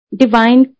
divine